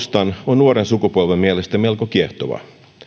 nuoren sukupolven mielestä melko kiehtovaa meidän on